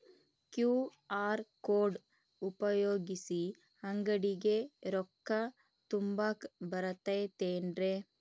QR code ಉಪಯೋಗಿಸಿ, ಅಂಗಡಿಗೆ ರೊಕ್ಕಾ ತುಂಬಾಕ್ ಬರತೈತೇನ್ರೇ?